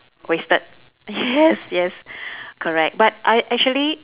wasted yes yes correct but I actually